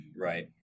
right